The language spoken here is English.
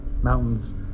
Mountains